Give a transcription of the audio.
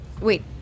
Wait